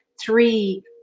three